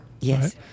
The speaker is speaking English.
Yes